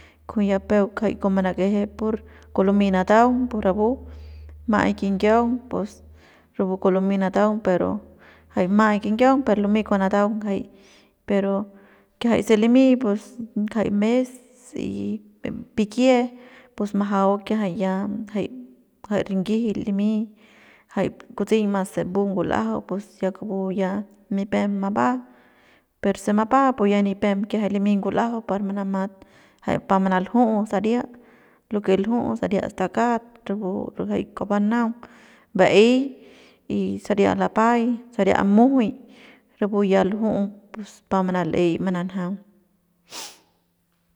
Kujuy ya peuk kua manakeje pur kua lumey nataung pus rapu ma'ai kinyiaung pur rapu kua lumey nataung pero jay ma'ai kinyiaung pero jay kiajay se limy pus njay mes y pikie pus majau kiajay ya jay jay rinyijil limy jay kutseiñma se mbu ngul'ajau pus ya kupu ya nipem mapba per se mapba pus ya nipem kiajay limy ngul'ajau par manamat jay pa manalju saria lo que l'ju saria stakat rapu jay kua banaung ba'ey y saria lapay saria mujuy rapu ya lju'u pus pa manal'ey mananjaung.